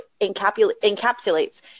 encapsulates